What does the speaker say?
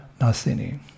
Nasini